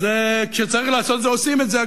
אז, כשצריך לעשות את זה, עושים את זה.